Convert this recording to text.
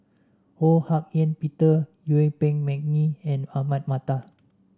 Ho Hak Ean Peter Yuen Peng McNeice and Ahmad Mattar